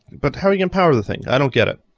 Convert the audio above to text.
but how you empower the thing? i don't get it.